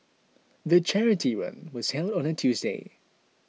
the charity run was held on a Tuesday